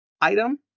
item